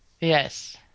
Yes